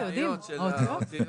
לא, יודעים, האותיות.